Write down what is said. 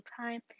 time